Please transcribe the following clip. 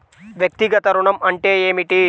వ్యక్తిగత ఋణం అంటే ఏమిటి?